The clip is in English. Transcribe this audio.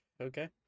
Okay